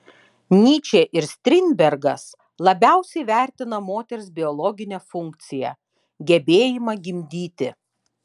nyčė ir strindbergas labiausiai vertina moters biologinę funkciją gebėjimą gimdyti